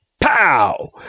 pow